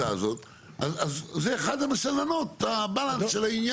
אז זה אחד המסננות, הבלנס של העניין.